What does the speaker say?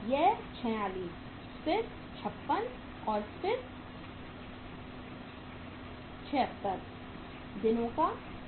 यह 46 फिर 56 और फिर 76 दिनों का है